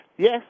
Yes